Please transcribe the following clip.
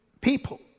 people